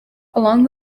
along